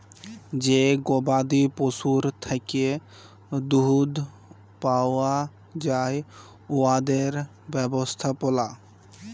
যে গবাদি পশুর থ্যাকে দুহুদ পাউয়া যায় উয়াদের ব্যবস্থাপলা